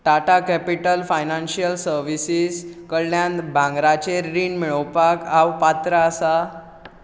Tata Capital Financial Services कडल्यान भांगराचेर रीण मेळोवपाक हांव पात्र आसा